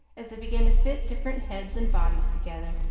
as they began to fit different heads and bodies together,